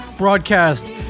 broadcast